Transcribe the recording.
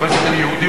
יהודים,